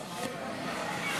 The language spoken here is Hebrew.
שוויון בפני החוק ואיסור הפליה),